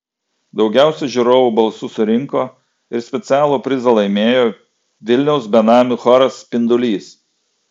daugiausiai žiūrovų balsų surinko ir specialų prizą laimėjo vilniaus benamių choras spindulys